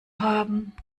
haben